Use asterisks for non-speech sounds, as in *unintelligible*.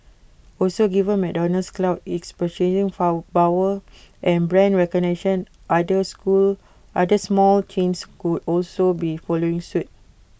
also given McDonald's clout its purchasing *unintelligible* power and brand recognition other school other small chains could also be following suit